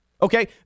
Okay